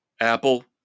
Apple